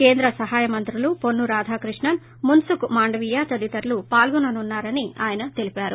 కేంద్ర సహాయ మంత్రులు వొన్ను రాధాకృష్ణన్మన్సుక్ మాండవీయ తదితరులు పాల్గుననున్నా రని ఆయన తెలిపారు